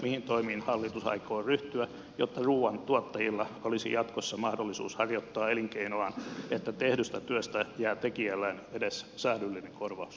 mihin toimiin hallitus aikoo ryhtyä jotta ruuan tuottajilla olisi jatkossa mahdollisuus harjoittaa elinkeinoaan että tehdystä työstä jää tekijälleen edes säädyllinen korvaus